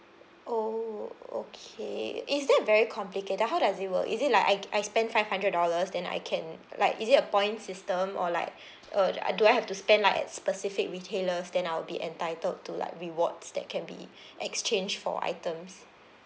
oh okay is that very complicated how does it work is it like I I spend five hundred dollars then I can like is it a points system or like uh I do I have to spend like at specific retailers then I'll be entitled to like rewards that can be exchanged for items